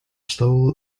slowly